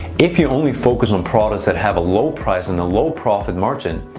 if you only focus on products that have a low price and a low profit margin,